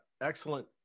excellent